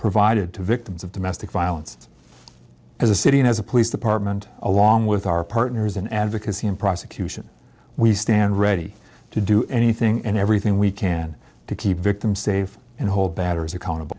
provided to victims of domestic violence as a city and as a police department along with our partners in advocacy and prosecution we stand ready to do anything and everything we can to keep victim safe and whole batteries accountable